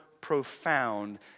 profound